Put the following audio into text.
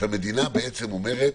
המדינה בעצם אומרת